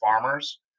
farmers